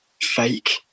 fake